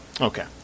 Okay